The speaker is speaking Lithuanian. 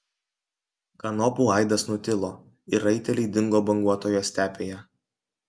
kanopų aidas nutilo ir raiteliai dingo banguotoje stepėje